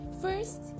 First